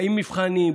עם מבחנים,